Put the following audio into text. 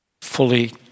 fully